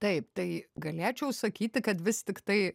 taip tai galėčiau sakyti kad vis tiktai